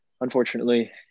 unfortunately